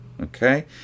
Okay